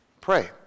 Pray